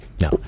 No